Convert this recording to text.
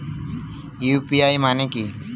UPI মানে কি?